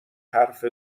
حرف